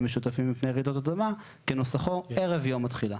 משותפים מפני רעידות אדמה) כנוסחו ערב יום התחילה.